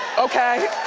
okay?